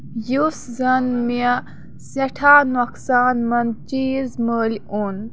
یُس زَن مےٚ سٮ۪ٹھاہ نۄقصان منٛد چیٖز مٔلۍ اوٚن